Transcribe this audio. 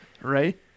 right